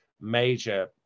major